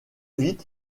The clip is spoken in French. vite